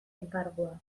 enkargua